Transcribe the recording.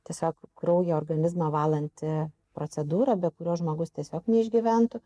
tiesiog kraujo organizmą valanti procedūra be kurios žmogus tiesiog neišgyventų